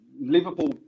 Liverpool